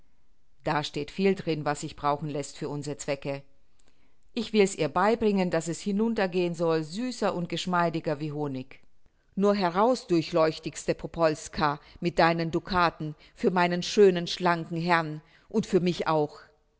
da steht viel darin was sich brauchen läßt für unsere zwecke ich will's ihr beibringen daß es hinunter gehen soll süßer und geschmeidiger wie honig nur heraus durchlauchtigste popolska mit deinen ducaten für meinen schönen schlanken herrn und für mich auch